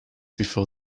before